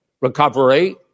recovery